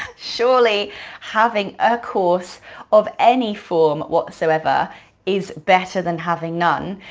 surely having a course of any form whatsoever is better than having none.